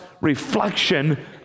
reflection